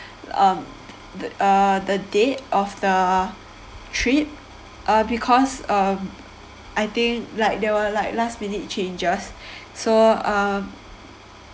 um the uh the date of the trip uh because um I think like there were like last minute changes so um